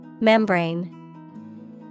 Membrane